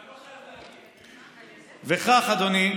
וכך, אדוני,